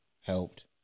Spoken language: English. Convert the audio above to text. Helped